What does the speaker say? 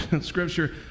Scripture